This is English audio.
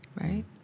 Right